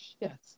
Yes